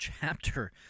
chapter